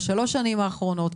בשלוש השנים האחרונות?